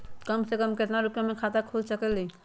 कम से कम केतना रुपया में खाता खुल सकेली?